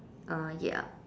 uh ya